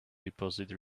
deposit